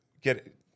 get